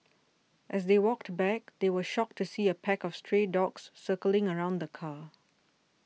as they walked back they were shocked to see a pack of stray dogs circling around the car